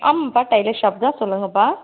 ஆமாம்ப்பா tailor shop தான் சொல்லுங்கப்பா